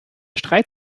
streit